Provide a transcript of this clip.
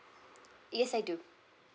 yes I do